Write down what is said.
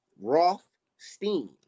Rothstein